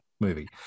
movie